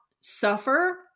suffer